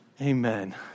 Amen